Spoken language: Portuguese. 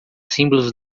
símbolos